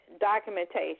documentation